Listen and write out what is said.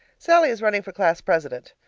sallie is running for class president,